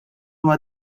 huwa